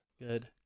good